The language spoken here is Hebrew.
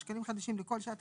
שמועסק 5 ימים בשבוע (באחוזים/שקלים חדשים) ערך שעה